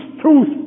truth